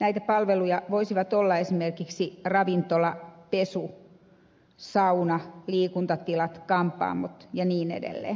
näitä palvelutiloja voisivat olla esimerkiksi ravintola pesu sauna ja liikuntatilat kampaamot ja niin edelleen